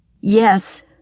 Yes